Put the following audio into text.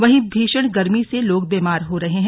वहीं भीषण गर्मी से लोग बीमार हो रहे हैं